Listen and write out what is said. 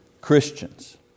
Christians